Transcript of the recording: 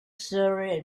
surrey